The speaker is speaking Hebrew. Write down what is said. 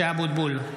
(קורא בשמות חברי הכנסת) משה אבוטבול,